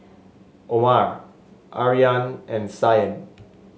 Omar Aryan and Said